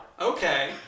Okay